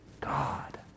God